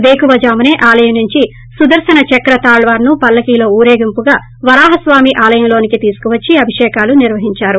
పేకువ జాముసే ఆలయం నుంచి సుదర్రన చక్ర తాళ్ళార్ ను పల్లకీలో ఉరేగింపుగా వరాహస్వామీ ఆలయంలోకి తీసుకువచ్చి అభిష్కాలు నిర్వహించారు